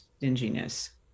dinginess